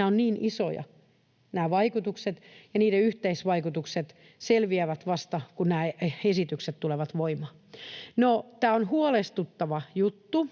ovat niin isoja, ja niiden yhteisvaikutukset selviävät vasta kun nämä esitykset tulevat voimaan. Tämä on huolestuttava juttu,